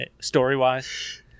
Story-wise